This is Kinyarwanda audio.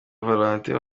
valentine